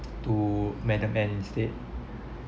to madam ann instead